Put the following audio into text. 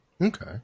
Okay